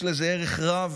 יש לזה ערך רב